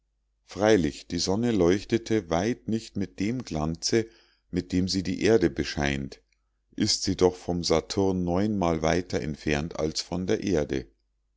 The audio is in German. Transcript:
freilich die sonne leuchtete weit nicht mit dem glanze mit dem sie die erde bescheint ist sie doch von saturn neunmal weiter entfernt als von der erde